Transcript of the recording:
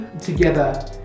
together